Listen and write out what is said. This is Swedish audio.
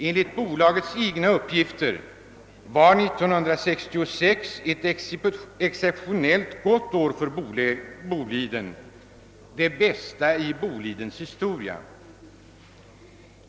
Enligt bolagets egna uppgifter var 1966 ett exceptionellt gott år för Boliden; det bästa i bolagets historia.